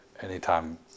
anytime